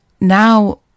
now